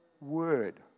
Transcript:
word